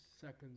seconds